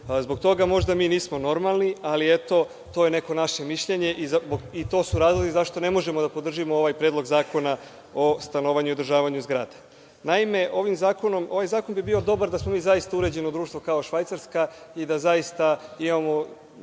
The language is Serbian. Zbog toga možda mi nismo normalni, ali eto to je neko naše mišljenje i to su razlozi zašto ne možemo da podržimo ovaj Predlog zakona o stanovanju i održavanju zgrade. Naime, ovaj zakon bi bio dobar da smo mi zaista uređeno društvo kao Švajcarska i da zaista imamo